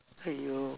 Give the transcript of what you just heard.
!haiyo!